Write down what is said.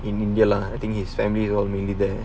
in india lah I think his families will mainly there